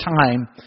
time